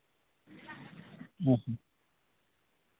ᱦᱮᱸ ᱦᱮᱸ